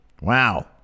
Wow